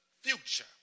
future